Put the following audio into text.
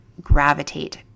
gravitate